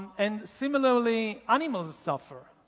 and similarly, animals suffer.